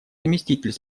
заместитель